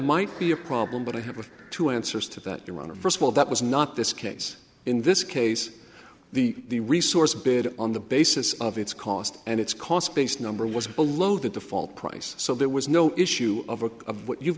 might be a problem but i have two answers to that your honor first of all that was not this case in this case the the resource bid on the basis of its cost and its cost base number was below the default price so there was no issue